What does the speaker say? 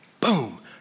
boom